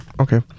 Okay